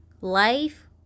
life